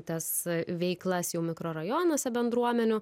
tas veiklas jau mikrorajonuose bendruomenių